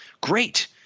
Great